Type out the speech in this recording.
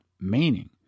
meaning